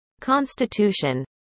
Constitution